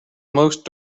most